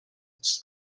its